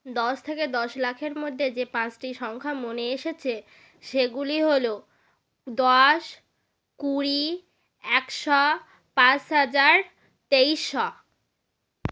দশ থেকে দশ লাখের মধ্যে যে পাঁচটি সংখ্যা মনে এসেছে সেগুলি হলো দশ কুড়ি একশ পাঁচ হাজার তেইশশ